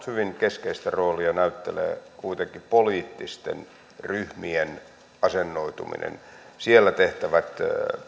hyvin keskeistä roolia näyttelevät kuitenkin poliittisten ryhmien asennoituminen siellä tehtävät